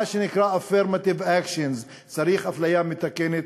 מה שנקרא affirmative action, צריך אפליה מתקנת.